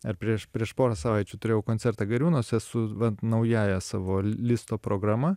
ar prieš prieš porą savaičių turėjau koncertą gariūnuose su naująja savo listo programa